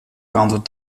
kanten